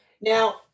Now